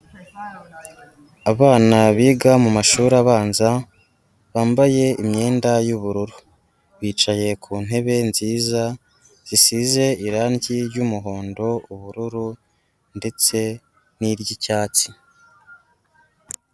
Abana biga mu mashuri abanza bambaye imyenda y'ubururu, bicaye ku ntebe nziza zisize irange ry'muhondo, ubururu ndetse n'iry'icyatsi.